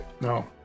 No